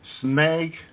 snake